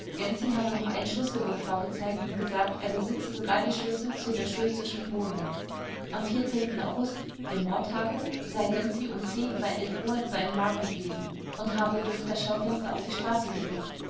habe noch einen schlüsselbund vorgezeigt und gesagt er besitze sogar die schlüssel zu der schultzeschen wohnung am august dem mordtage sei gönczi um oder uhr in seinem laden gewesen und habe durch das schaufenster auf die straße geblickt